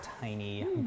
tiny